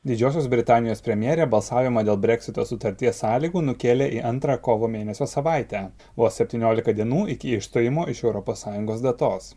didžiosios britanijos premjerė balsavimą dėl breksito sutarties sąlygų nukėlė į antrą kovo mėnesio savaitę vos septynioliką dienų iki išstojimo iš europos sąjungos datos